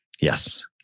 Yes